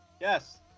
Yes